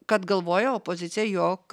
kad galvoja opozicija jog